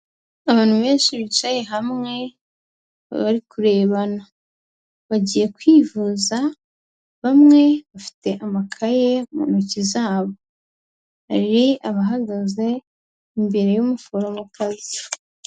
Abantu benshi bicaye hamwe bari kurebana, bagiye kwivuza bamwe bafite amakaye mu ntoki zabo, hari abahagaze imbere y'umuforomokazi.